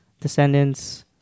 Descendants